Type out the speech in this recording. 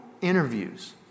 interviews